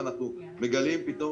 ואנחנו מגלים פתאום